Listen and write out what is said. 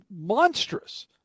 monstrous